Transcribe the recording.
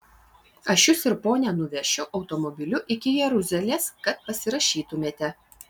aš jus ir ponią nuvešiu automobiliu iki jeruzalės kad pasirašytumėte